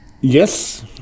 Yes